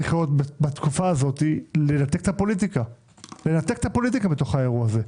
בתקופה הזאת צריך לנתק את הפוליטיקה מן האירוע הזה.